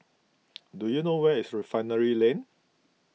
do you know where is Refinery Lane